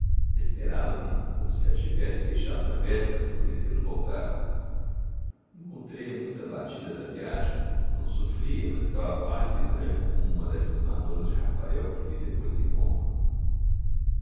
mim esperava me como se a tivesse deixado na véspera prometendo voltar encontrei-a muito abatida da viagem não sofria mas estava pálida e branca como uma dessas madonas de rafael que vi depois em roma